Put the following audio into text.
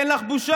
אין לך בושה?